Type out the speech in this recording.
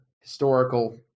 historical